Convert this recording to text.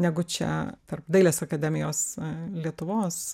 negu čia tarp dailės akademijos lietuvos